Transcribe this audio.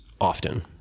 often